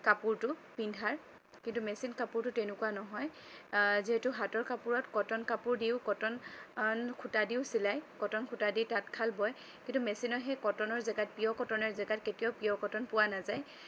কাপোৰটো পিন্ধাৰ কিন্তু মেচিন কাপোৰটো তেনেকুৱা নহয় যিহেতু হাতৰ কাপোৰত কটন কাপোৰ দিও কটন সূতা দিও চিলায় কটন সূতা দি তাঁতশাল বয় কিন্তু মেচিনৰ সেই কটনৰ জেগাত পিয়ৰ কটনৰ জাগাত কেতিয়াও পিয়ৰ কটন পোৱা নাযায়